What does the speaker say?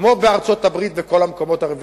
כמו בארצות-הברית ובכל המקומות האלה.